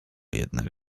jednak